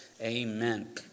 Amen